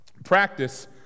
Practice